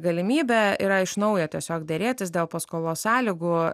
galimybė yra iš naujo tiesiog derėtis dėl paskolos sąlygų